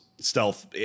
stealth